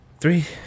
three